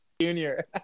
Junior